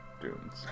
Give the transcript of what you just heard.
dunes